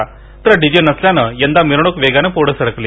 मात्र डीजे नसल्याने यंदा मिरवणूक वेगाने पुढे सरकली